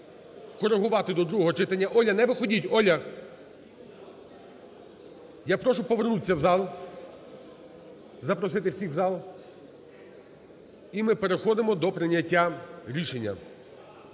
коригувати до другого читання. Оля, не виходіть! Оля! Я прошу повернутися в зал. Запросити всіх в зал. І ми переходимо до прийняття рішення.